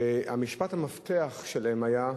ומשפט המפתח שלהם היה: